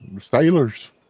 Sailors